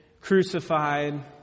crucified